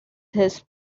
his